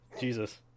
Jesus